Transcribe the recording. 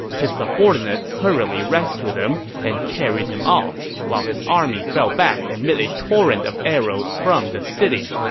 his subordinates hurriedly rescued him and carried him off, while his army fell back amid a torrent of arrows from the city.